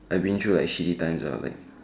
I've been through like shitty times lah like